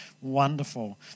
wonderful